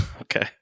Okay